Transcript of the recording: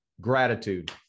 gratitude